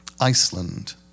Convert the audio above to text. Iceland